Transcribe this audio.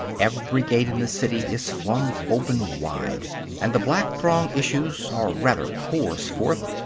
every gate in the city is flung open wide and the black throng issues, or rather pours forth,